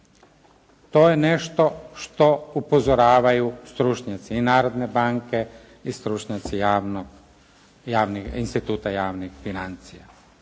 To je nešto što upozoravaju stručnjaci i Narodne banke i stručnjaci Instituta javnih financija.